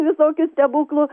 visokių stebuklų